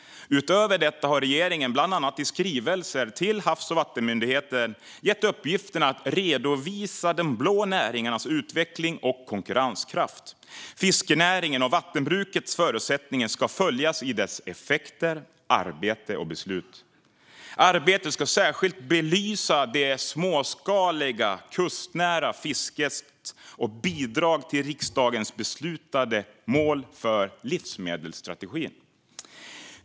Utöver detta har regeringen bland annat i skrivelser till Havs och vattenmyndigheten gett uppgiften att redovisa de blå näringarnas utveckling och konkurrenskraft. Fiskerinäringen och vattenbrukets förutsättningar ska följas i deras effekter, arbete och beslut. Arbetet ska särskilt belysa det småskaliga och kustnära fisket och bidraget till riksdagens beslutade mål för livsmedelsstrategin.